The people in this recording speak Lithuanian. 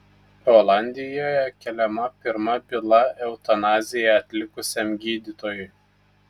olandijoje keliama pirma byla eutanaziją atlikusiam gydytojui